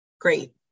great